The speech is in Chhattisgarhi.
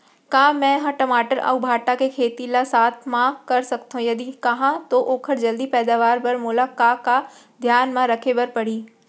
का मै ह टमाटर अऊ भांटा के खेती ला साथ मा कर सकथो, यदि कहाँ तो ओखर जलदी पैदावार बर मोला का का धियान मा रखे बर परही?